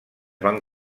van